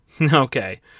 Okay